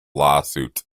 lawsuits